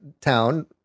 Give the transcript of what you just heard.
town